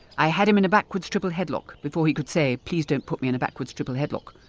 i had him in a backwards triple headlock before he could say please don't put me in a backwards triple headlock.